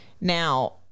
now